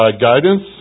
guidance